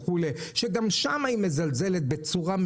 שגם שם היא מזלזלת מאוד.